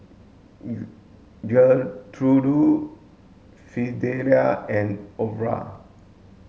Gertrude Fidelia and Orah